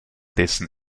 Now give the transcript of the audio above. dessen